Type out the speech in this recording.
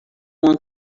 uma